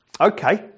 Okay